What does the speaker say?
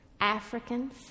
Africans